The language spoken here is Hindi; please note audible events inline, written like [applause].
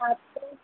[unintelligible]